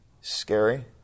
scary